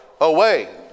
away